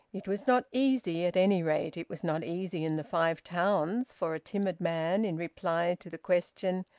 it was not easy, at any rate it was not easy in the five towns, for a timid man in reply to the question,